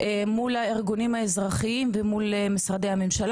מול הארגונים האזרחיים ומול משרדי הממשלה.